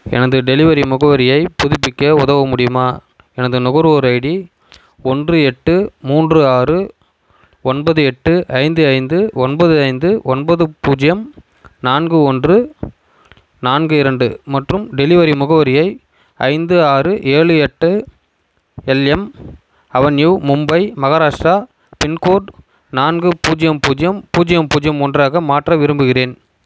எனது டெலிவரி முகவரியை புதுப்பிக்க உதவ முடியுமா எனது நுகர்வோர் ஐடி ஒன்று எட்டு மூன்று ஆறு ஒன்பது எட்டு ஐந்து ஐந்து ஒன்பது ஐந்து ஒன்பது பூஜ்யம் நான்கு ஒன்று நான்கு இரண்டு மற்றும் டெலிவரி முகவரியை ஐந்து ஆறு ஏழு எட்டு LM avenue Mumbai Maharashtra pincode நான்கு பூஜ்யம் பூஜ்யம் பூஜ்யம் பூஜ்யம் ஒன்றாக மாற்ற விரும்புகிறேன்